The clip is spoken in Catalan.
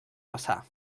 passar